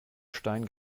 stein